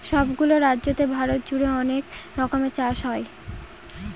সব গুলো রাজ্যতে ভারত জুড়ে অনেক রকমের চাষ হয়